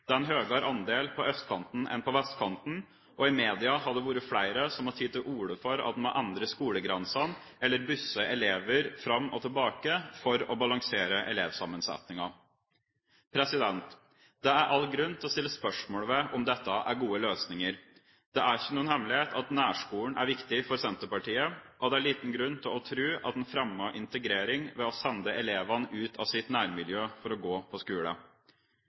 andel på østkanten enn på vestkanten, og i media er det flere som har tatt til orde for at man må endre skolegrensene eller busse elever fram og tilbake for å balansere elevsammensetningen. Det er all grunn til å stille spørsmål ved om dette er gode løsninger. Det er ikke noen hemmelighet at nærskolen er viktig for Senterpartiet, og det er liten grunn til å tro at man fremmer integrering ved å sende elevene ut av sitt nærmiljø for å gå på